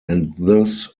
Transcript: thus